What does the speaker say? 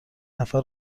نفر